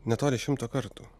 netoli šimto kartų